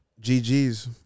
GGs